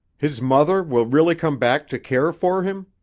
his mother will really come back to care for him?